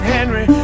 Henry